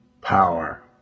power